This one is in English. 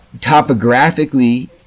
Topographically